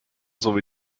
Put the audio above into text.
sowie